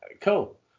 Cool